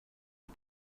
you